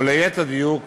או ליתר דיוק